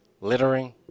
Littering